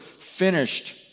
finished